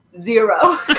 zero